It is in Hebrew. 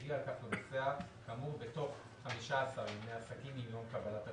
יודיע על כך לנוסע כאמור בתוך 15 ימי עסקים מיום קבלת התשלום.